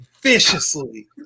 viciously